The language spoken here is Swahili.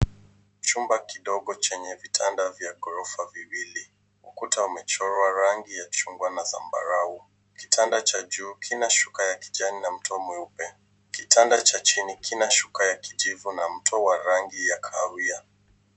Chumba kidogo chenye vitanda vya ghorofa viwili. Ukuta umechorwa rangi ya chungwa na zambarau. Kitanda cha juu kina shuka ya kijani na mto mweupe. Kitanda cha chini kina shuka ya kijivu na mto wa rangi ya kahawia.